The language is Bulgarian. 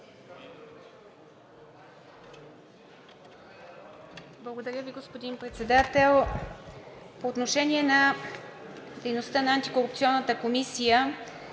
Благодаря Ви, господин Председател. По отношение на дейността на Антикорупционната комисия,